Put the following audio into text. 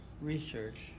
research